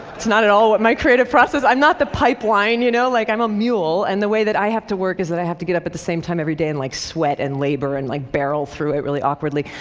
that's not at all what my creative process is i'm not the pipeline! you know like i'm a mule, and the way that i have to work is i have to get up at the same time every day, and like sweat and labor and like barrel through it really awkwardly.